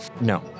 No